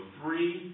three